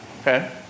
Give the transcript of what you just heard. Okay